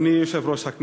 אני אביא לך את זה.